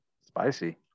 spicy